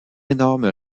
énorme